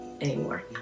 Anymore